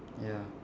ya